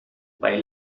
bei